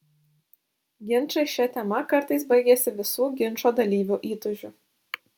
ginčai šia tema kartais baigiasi visų ginčo dalyvių įtūžiu